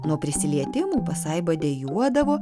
nuo prisilietimų pasaiba dejuodavo